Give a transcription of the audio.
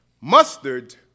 Mustard